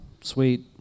sweet